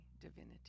divinity